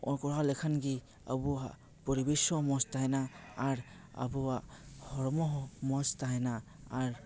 ᱠᱚᱨᱟᱣ ᱞᱮᱠᱷᱟᱱ ᱜᱮ ᱟᱵᱚᱣᱟᱜ ᱯᱚᱨᱤᱵᱮᱥ ᱦᱚᱸ ᱢᱚᱡᱽ ᱛᱟᱦᱮᱱᱟ ᱟᱨ ᱟᱵᱚᱣᱟᱜ ᱦᱚᱲᱢᱚ ᱦᱚᱸ ᱢᱚᱡᱽ ᱛᱟᱦᱮᱱᱟ ᱟᱨ